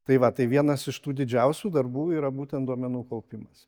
tai va tai vienas iš tų didžiausių darbų yra būtent duomenų kaupimas